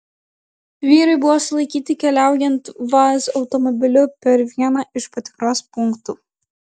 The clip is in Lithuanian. vyrai buvo sulaikyti keliaujant vaz automobiliu per vieną iš patikros punktų